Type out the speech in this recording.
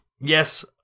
yes